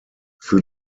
für